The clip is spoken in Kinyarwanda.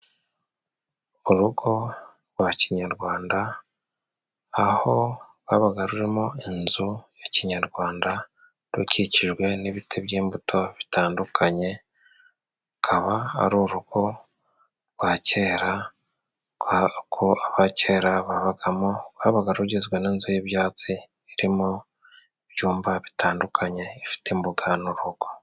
Urugo rwa kinyarwanda aho rwabaga rurimo inzu ya kinyarwanda. Rukikijwe n'ibiti by'imbuto bitandukanye, akaba ari urugo rwa kera. Urugo rwa kera rwabaga rugizwe n'inzu y'ibyatsi, irimo ibyumba bitandukanye ifite imbuga n'urugo.